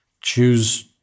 choose